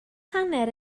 hanner